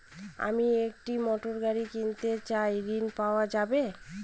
আমি একটি মোটরগাড়ি কিনতে চাই ঝণ পাওয়া যাবে?